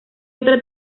otra